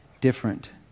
different